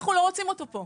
אנחנו לא רוצים אותו פה'.